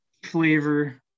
flavor